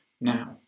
now